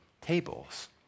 tables